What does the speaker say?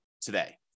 today